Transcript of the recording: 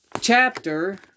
chapter